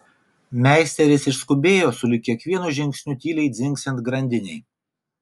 meisteris išskubėjo sulig kiekvienu žingsniu tyliai dzingsint grandinei